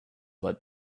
let